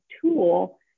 tool